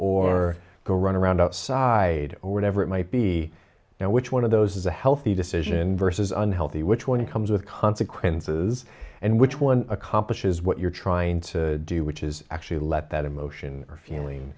or go run around outside or whatever it might be you know which one of those is a healthy decision versus unhealthy which one comes with consequences and which one accomplishes what you're trying to do which is actually let that emotion or feeling